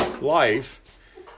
life